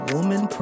Woman